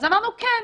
אמרנו, כן,